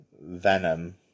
Venom